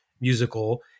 musical